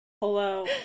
Hello